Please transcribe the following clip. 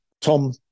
Tom